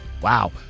Wow